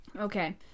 Okay